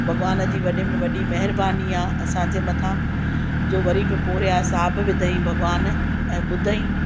भगवान जी वॾे में वॾी महिरबानी आहे असांजे मथां जो वरी बि पूरया साब विधंई भगवान ऐं ॿुधंई